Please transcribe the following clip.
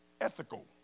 ethical